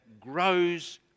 grows